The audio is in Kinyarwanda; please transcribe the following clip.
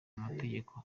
amategeko